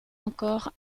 encore